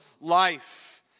life